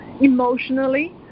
emotionally